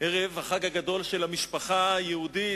ערב החג הגדול של המשפחה היהודית,